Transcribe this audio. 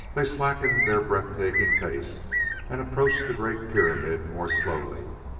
they slackened their breath-taking pace and approached the great pyramid more slowly.